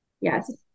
yes